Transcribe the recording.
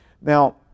Now